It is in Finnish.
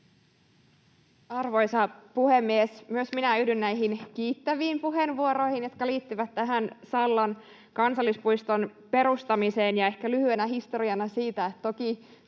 Arvoisa puhemies! Myös minä yhdyn näihin kiittäviin puheenvuoroihin, jotka liittyvät tähän Sallan kansallispuiston perustamiseen. Ehkä lyhyenä historiana: toki